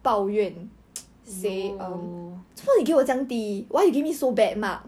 !aiyo!